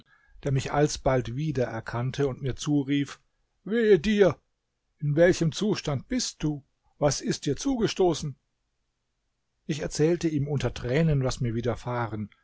der mich alsbald wieder erkannte und mir zurief wehe dir in welchem zustand bist du was ist dir zugestoßen ich erzählte ihm unter tränen was mir widerfahren